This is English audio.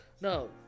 no